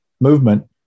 movement